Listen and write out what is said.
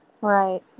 Right